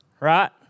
right